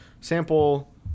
sample